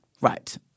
Right